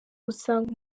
gusanga